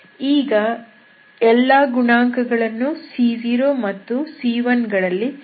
ಈಗ ಎಲ್ಲ ಗುಣಾಂಕಗಳನ್ನೂ c0 ಅಥವಾ c1 ಗಳಲ್ಲಿ ವ್ಯಕ್ತಪಡಿಸಲಾಗಿದೆ